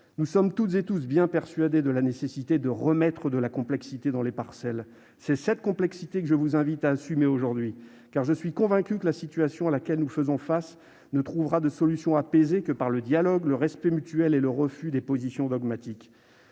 Nous sommes toutes et tous bien persuadés de la nécessité de « remettre de la complexité » dans les parcelles. C'est cette complexité que je vous invite à assumer aujourd'hui : je suis convaincu que la situation à laquelle nous faisons face ne trouvera de solution apaisée que par le dialogue, le respect mutuel et le refus des positions dogmatiques.